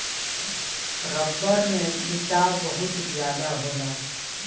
रबड़ में खिंचाव बहुत ज्यादा होला